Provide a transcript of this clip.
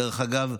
דרך אגב,